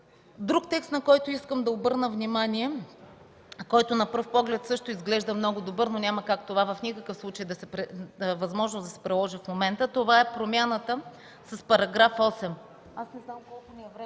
Друг текст, на който искам да обърна внимание, който на пръв поглед също изглежда много добър, но няма как това в никакъв случай възможност да се приложи в момента, това е промяната с § 8.